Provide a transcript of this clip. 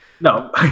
No